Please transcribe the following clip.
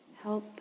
help